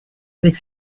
avec